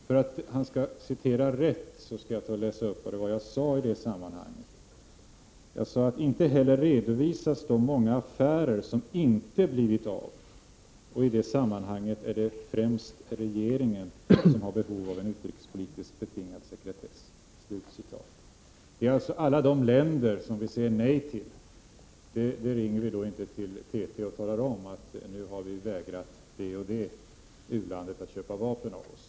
För att han skall kunna citera rätt skall jag läsa upp vad jag sade: ”Inte heller redovisas de många affärer som inte blivit av, och i det sammanhanget är det främst regeringen som har behov av en utrikespolitiskt betingad sekretess.” Det gäller alltså alla de länder som vi säger nej till. Vi ringer då inte till TT och talar om att vi har vägrat det ena eller andra u-landet att köpa vapen.